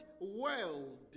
world